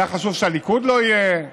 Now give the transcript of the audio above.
היה חשוב שהליכוד לא יהיה,